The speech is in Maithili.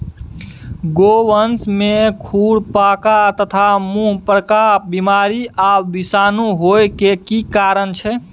गोवंश में खुरपका तथा मुंहपका बीमारी आ विषाणु होय के की कारण छै?